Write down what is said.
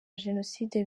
jenoside